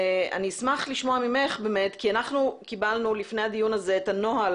אני אשמח לשמוע ממך באמת כי אנחנו קיבלנו לפני הדיון הזה את הנוהל